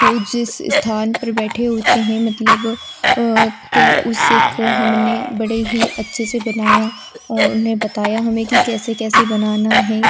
वह जिस स्थान पर बैठे होते हैं मतलब तो उसको हमने बड़े ही अच्छे से बनाया और उन्हें बताया हमें कि कैसे कैसे बनाना है